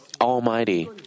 Almighty